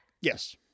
Yes